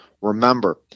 Remember